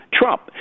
Trump